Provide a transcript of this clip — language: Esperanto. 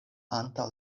antaŭ